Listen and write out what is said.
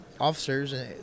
officers